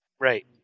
Right